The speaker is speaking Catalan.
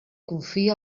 confia